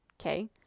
Okay